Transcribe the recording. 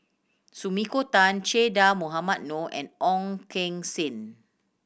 Sumiko Tan Che Dah Mohamed Noor and Ong Keng Sen